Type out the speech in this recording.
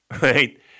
right